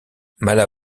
mala